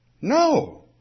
No